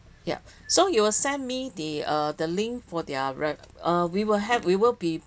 yup so you will send me the uh the link for their res~ err we will have we will be